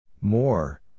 More